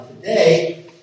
today